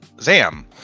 Zam